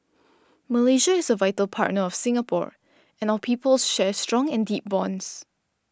Malaysia is a vital partner of Singapore and our peoples share strong and deep bonds